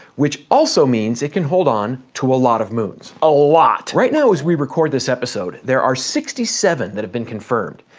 which also means it can hold on to a lot of moons. a lot. right now, as we record this episode, there are sixty seven that have been confirmed.